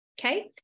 Okay